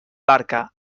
barca